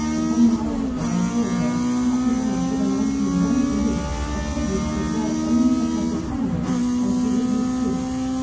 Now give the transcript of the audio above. upon arrival to liberia, pat was honored with a nineteen gun salute, a tribute reserved only for heads of government, and she reviewed troops.